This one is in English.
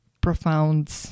profound